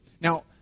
Now